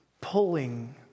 pulling